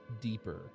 deeper